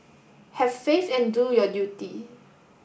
have faith and do your duty